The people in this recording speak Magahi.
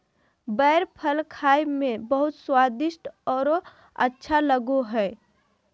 बेर फल खाए में बहुत स्वादिस्ट औरो अच्छा लगो हइ